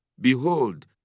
behold